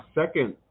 second